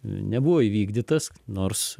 nebuvo įvykdytas nors